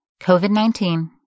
COVID-19